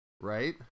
right